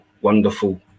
wonderful